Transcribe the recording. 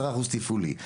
10% תפעולי,